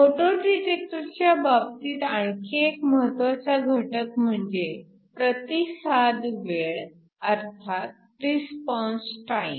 photo डिटेक्टरच्या बाबतीत आणखी एक महत्वाचा घटक म्हणजे प्रतिसाद वेळ अर्थात रिस्पॉन्स टाइम